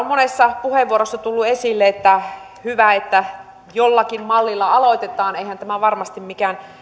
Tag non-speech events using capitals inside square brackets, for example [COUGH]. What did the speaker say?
[UNINTELLIGIBLE] monessa puheenvuorossa on tullut esille että on hyvä että jollakin mallilla aloitetaan eihän tämä varmasti mikään